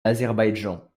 azerbaïdjan